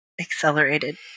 accelerated